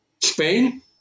Spain